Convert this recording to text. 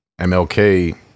MLK